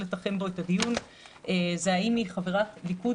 לתחם בו את הדיון זה האם היא חברת ליכוד,